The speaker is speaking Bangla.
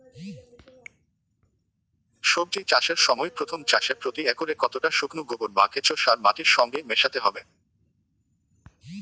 সবজি চাষের সময় প্রথম চাষে প্রতি একরে কতটা শুকনো গোবর বা কেঁচো সার মাটির সঙ্গে মেশাতে হবে?